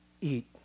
eat